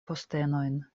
postenojn